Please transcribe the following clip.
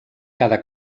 cada